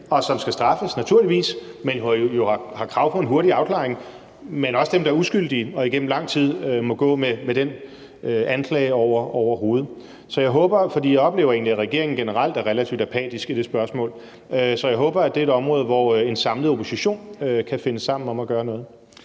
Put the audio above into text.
skal straffes, men som har krav på en hurtig afklaring, men også dem, der er uskyldige og igennem lang tid må gå med den anklage over hovedet. Jeg oplever egentlig, at regeringen generelt er relativt apatisk i det spørgsmål, så jeg håber, at det er et område, hvor en samlet opposition kan finde sammen om at gøre noget.